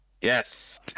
Yes